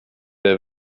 der